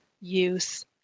use